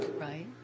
Right